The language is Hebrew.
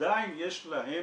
עדיין יש להם